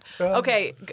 Okay